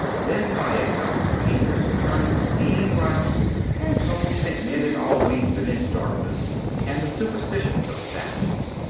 then my agnostic teachers turned clean round and told me that men had always been in darkness and the superstitions of savages.